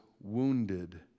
wounded